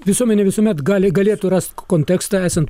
visuomenė visuomet gali galėtų rasti kontekstą esant